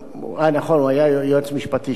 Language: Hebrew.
הוא היה יועץ משפטי של משרד החוץ.